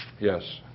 Yes